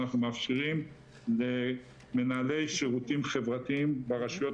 אנחנו מאפשרים למנהלי שירותי חברתיים ברשויות